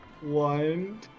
One